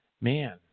Man